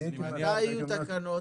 מתי יהיו תקנות?